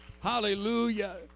Hallelujah